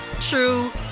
true